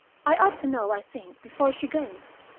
i ought to know, i think, before she goes.